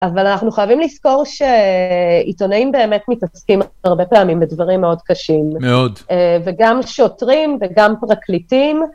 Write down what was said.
אבל אנחנו חייבים לזכור שעיתונאים באמת מתעסקים הרבה פעמים בדברים מאוד קשים. מאוד. וגם שוטרים וגם פרקליטים.